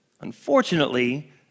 Unfortunately